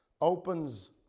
opens